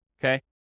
okay